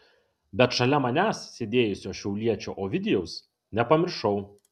bet šalia manęs sėdėjusio šiauliečio ovidijaus nepamiršau